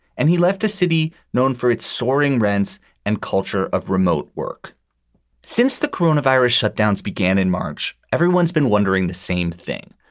and he left a city known for its soaring rents and culture of remote work since the corona virus shut downs, began in march. everyone's been wondering the same thing.